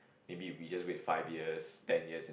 maybe we just wait five years ten years